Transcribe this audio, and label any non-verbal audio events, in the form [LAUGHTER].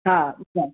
हा [UNINTELLIGIBLE]